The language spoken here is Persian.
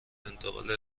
انتقال